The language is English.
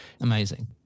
Amazing